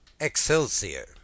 Excelsior